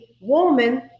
woman